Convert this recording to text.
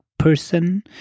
person